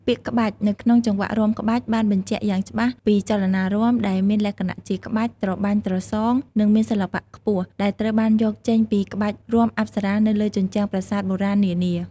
ពាក្យ "ក្បាច់" នៅក្នុង "ចង្វាក់រាំក្បាច់" បានបញ្ជាក់យ៉ាងច្បាស់ពីចលនារាំដែលមានលក្ខណៈជាក្បាច់ ត្របាញ់ត្រសង និងមានសិល្បៈខ្ពស់ ដែលត្រូវបានយកចេញពីក្បាច់រាំអប្សរានៅលើជញ្ជាំងប្រាសាទបុរាណនានា។